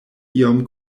iom